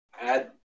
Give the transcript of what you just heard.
Add